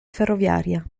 ferroviaria